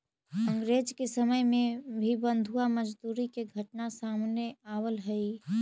अंग्रेज के समय में भी बंधुआ मजदूरी के घटना सामने आवऽ हलइ